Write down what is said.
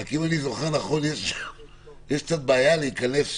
רק אם אני זוכר נכון, יש קצת בעיה להיכנס